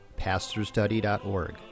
pastorstudy.org